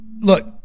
look